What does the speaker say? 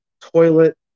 toilet